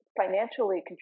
financially